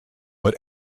but